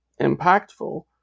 impactful